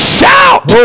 Shout